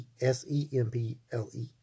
S-E-M-P-L-E